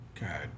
God